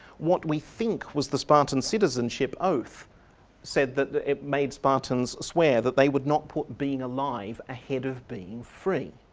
what we think was the spartan citizenship oath said that it made spartans swear that they would not put being alive ahead of being free.